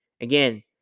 Again